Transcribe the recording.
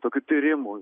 tokių tyrimų